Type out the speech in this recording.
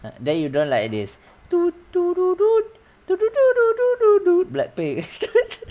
uh then you don't like this black pink